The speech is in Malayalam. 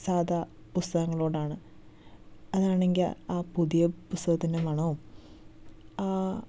സാദാ പുസ്തകങ്ങളോടാണ് അതാണെങ്കിൽ ആ പുതിയ പുസ്തകത്തിൻ്റെ മണവും